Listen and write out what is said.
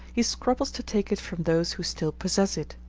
he scruples to take it from those who still possess it.